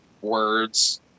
words